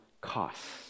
costs